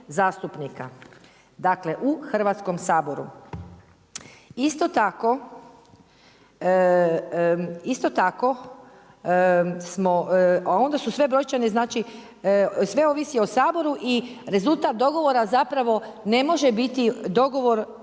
Dakle, u Hrvatskom saboru. Isto tako, a onda su sve brojčane znači, sve ovisi o Saboru i rezultat dogovora zapravo ne može biti dogovor